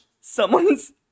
someone's